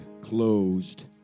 closed